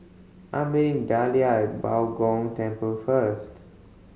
I'm meeting Dahlia at Bao Gong Temple first